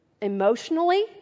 emotionally